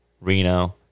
Reno